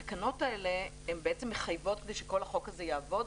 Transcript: התקנות האלה הן מחייבות כדי שכל החוק הזה יעבוד,